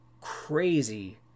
crazy